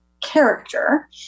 character